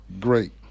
great